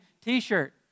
T-shirt